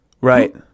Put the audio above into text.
Right